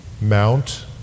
mount